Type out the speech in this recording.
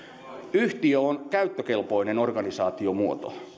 yhtiö on käyttökelpoinen organisaatiomuoto